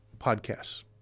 podcasts